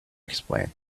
explained